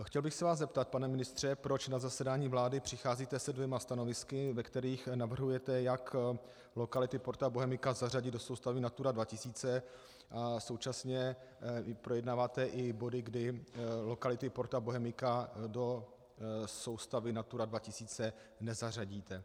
Chtěl bych se vás zeptat, pane ministře, proč na zasedání vlády přicházíte se dvěma stanovisky, ve kterých navrhujete jak lokality Porta Bohemica zařadit do soustavy Natura 2000, a současně projednáváte i body, kdy lokality Porta Bohemica do soustavy Natura 2000 nezařadíte.